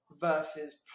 Versus